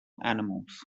animals